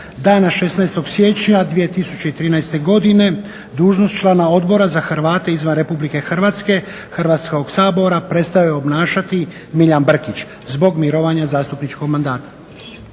dana 16.siječnja 2013.godine dužnost člana Odbora za Hrvate izvan RH Hrvatskog sabora prestaje obnašati Milijan Brkić zbog mirovanja zastupničkog mandata.